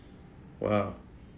!wow!